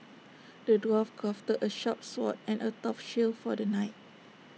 the dwarf crafted A sharp sword and A tough shield for the knight